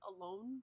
alone